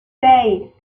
seis